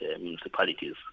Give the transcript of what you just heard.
municipalities